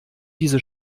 diese